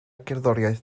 gerddoriaeth